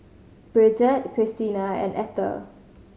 Brigette Cristina and Ether